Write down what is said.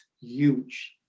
huge